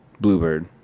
Bluebird